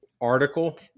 article